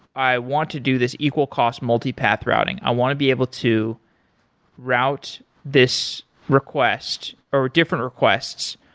i want to do this equal cost multipath routing. i want to be able to route this request, or different requests,